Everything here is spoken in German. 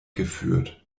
geführt